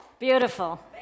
Beautiful